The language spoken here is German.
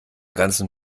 ganzen